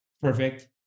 perfect